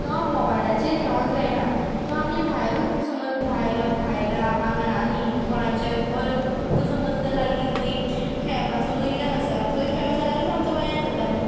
तो मोबायलाचेर खेळोन जायना तो आमी भायरूच समज भायर भायल्या आंगणांनी कोणाच्या ओर तुमकां समज थंय लागीं खंय खेळपाचे मैदान आसात थंय खेळत जाल्यारूच आमचो व्यायाम जाता न्हू